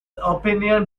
opinions